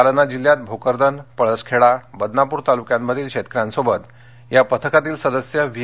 जालना जिल्ह्यात भोकरदन पळसखेडा बदनापूर तालुक्यांमधील शेतकऱ्यांशी केंद्रीय पथकातीलसदस्य व्ही